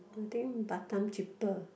I think Batam cheaper